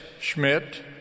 Schmidt